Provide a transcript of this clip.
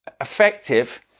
effective